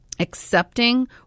accepting